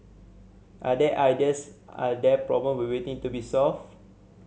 are there ideas are there problem we waiting to be solved